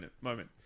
moment